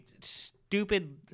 stupid